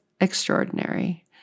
extraordinary